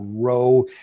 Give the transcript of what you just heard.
grow